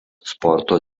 sporto